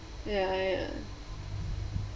ya ya